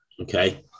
Okay